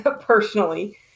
personally